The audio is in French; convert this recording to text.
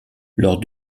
lors